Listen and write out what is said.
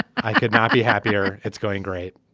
i could not be happier. it's going great.